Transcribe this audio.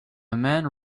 man